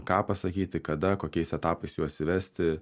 ką pasakyti kada kokiais etapais juos įvesti